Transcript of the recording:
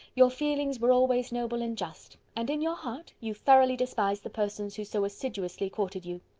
your feelings were always noble and just and in your heart, you thoroughly despised the persons who so assiduously courted you.